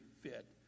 fit